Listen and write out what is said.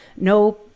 no